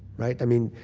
right? i mean,